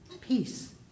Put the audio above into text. peace